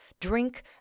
drink